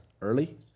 early